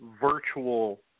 virtual